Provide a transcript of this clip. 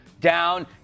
down